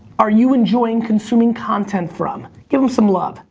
are you enjoying consuming content from? give him some love,